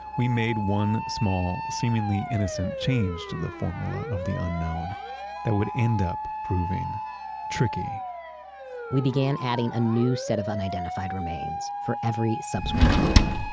we made one small seemingly innocent change to the formula of the unknown that would end up proving tricky we began adding a new set of unidentified remains for every subsequent war.